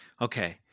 Okay